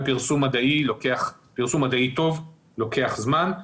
ופרסום מדעי טוב לוקח זמן.